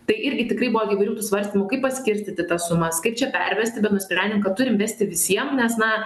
tai irgi tikrai buvo įvairių tų svarstymų kaip paskirstyti tas sumas kaip čia pervesti bet nusprendėm kad turim vesti visiem nes na